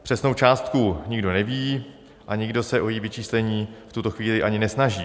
Přesnou částku nikdo neví a nikdo se o její vyčíslení v tuto chvíli ani nesnaží.